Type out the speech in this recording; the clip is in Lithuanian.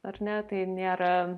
ar ne tai nėra